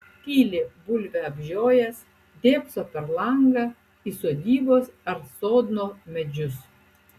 tyli bulvę apžiojęs dėbso per langą į sodybos ar sodno medžius